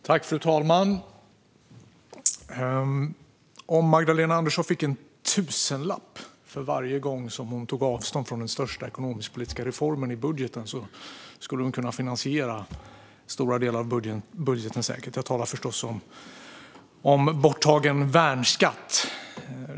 Fru talman! Om Magdalena Andersson fick en tusenlapp för varje gång hon tog avstånd från den största ekonomisk-politiska reformen i budgeten skulle hon säkert kunna finansiera stora delar av budgeten. Jag talar då förstås om borttagen värnskatt.